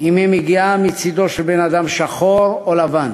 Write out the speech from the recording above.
אם היא מגיעה מצדו של בן-אדם, שחור או לבן.